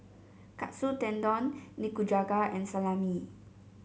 Katsu Tendon Nikujaga and Salami